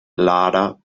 lader